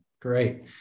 Great